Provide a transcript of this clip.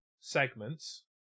segments